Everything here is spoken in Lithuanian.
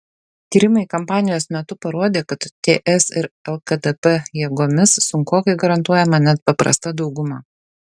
tyrimai kampanijos metu parodė kad ts ir lkdp jėgomis sunkokai garantuojama net paprasta dauguma